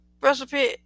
recipe